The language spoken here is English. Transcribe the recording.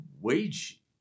wage